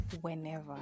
whenever